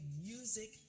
music